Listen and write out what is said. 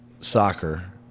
soccer